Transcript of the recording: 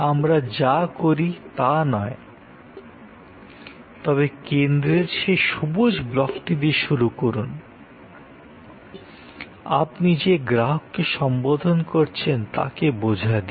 আমরা যা করি তা নয় তবে কেন্দ্রের সেই সবুজ ব্লকটি দিয়ে শুরু করুন আপনি যে গ্রাহককে সম্বোধন করছেন তাকে বোঝা দিয়ে